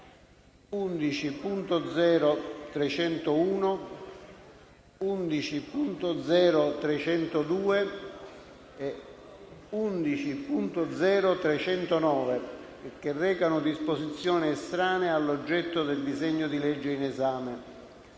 11.0.301, 11.0.302 e 11.0.309 che recano disposizioni estranee all'oggetto del disegno di legge in esame.